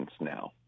now